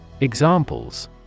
Examples